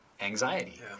anxiety